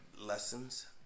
lessons